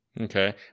Okay